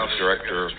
director